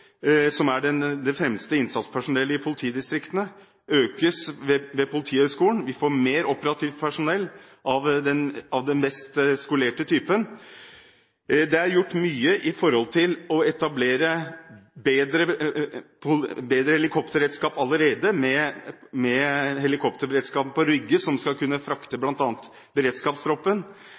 enn tidligere. Den instruksen er i ferd med å bli revidert og forbedret. Utdanningskapasiteten for mannskaper til utrykningsenheter, som er det fremste innsatspersonellet i politidistriktene, økes ved Politihøgskolen. Vi får mer operativt personell av den mest skolerte typen. Det er gjort mye for å etablere bedre helikopterberedskap allerede med helikopterberedskapen på Rygge, som skal kunne frakte bl.a. beredskapstroppen,